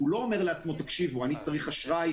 הוא לא אומר לעצמו שהוא צריך אשראי,